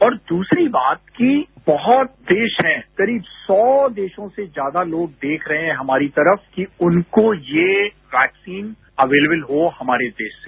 और दूसरी बात कि बहुत देश है करीब सौ देशों से ज्यादा लोग देख रहे हैं हमारी तरफ कि उनको ये वैक्सीन अवेलेबल हो हमारे देश से